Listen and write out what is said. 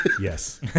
Yes